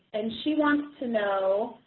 and she wants to know,